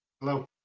Hello